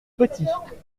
petit